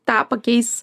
tą pakeis